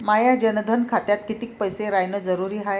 माया जनधन खात्यात कितीक पैसे रायन जरुरी हाय?